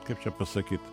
kaip čia pasakyt